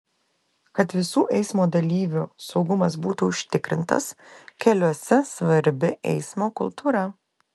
kad visų eismo dalyvių saugumas būtų užtikrintas keliuose svarbi eismo kultūra